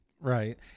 Right